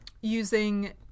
Using